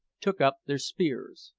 took up their spears.